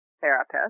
therapist